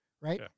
Right